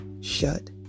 shut